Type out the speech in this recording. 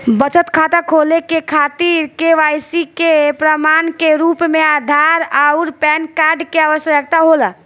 बचत खाता खोले के खातिर केवाइसी के प्रमाण के रूप में आधार आउर पैन कार्ड के आवश्यकता होला